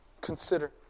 consider